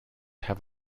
have